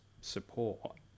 support